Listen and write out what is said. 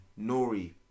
Nori